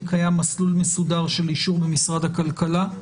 קיים מסלול מסודר של אישור ממשרד הכלכלה.